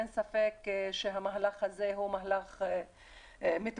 אין ספק שהמהלך הזה הוא מהלך מתבקש,